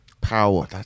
power